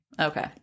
okay